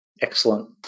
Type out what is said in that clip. Excellent